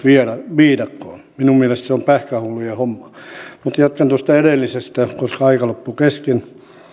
viidakkoon minun mielestäni se on pähkähullujen hommaa mutta jatkan tuosta edellisestä koska aika loppui kesken azraqin